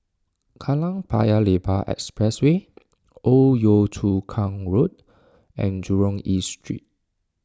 Kallang Paya Lebar Expressway Old Yio Chu Kang Road and Jurong East Street